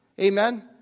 Amen